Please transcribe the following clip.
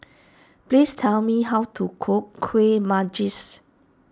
please tell me how to cook Kuih Manggis